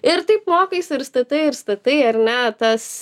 ir taip mokaisi ir statai ir statai ar ne tas